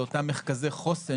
לאותם מרכזי חוסן,